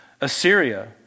Assyria